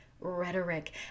rhetoric